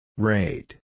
Rate